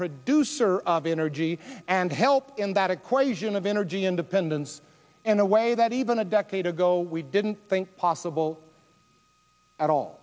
producer of energy and help in that equation of energy independence in a way that even a decade ago we didn't think possible at all